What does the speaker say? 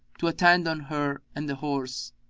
to attend on her and the horse